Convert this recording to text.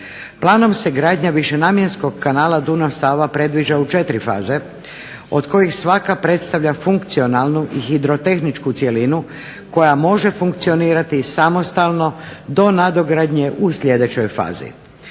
Planom se gradnja višenamjenskog kanala Dunav-Sava predviđa u četiri faze od kojih svaka predstavlja funkcionalnu i hidrotehničku cjelinu koja može funkcionirati samostalno do nadogradnje u sljedećoj fazi.